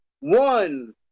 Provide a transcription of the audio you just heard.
one